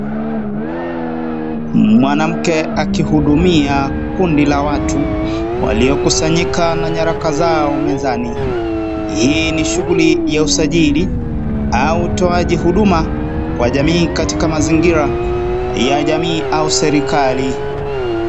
Mwanamke akihudumia kundi la watu waliokusanyika na nyaraka zao mezani. Hii ni shuguli ya usajili au utoaji huduma kwa jamii katika mazingira ya jamii au serikali.